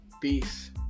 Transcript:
Peace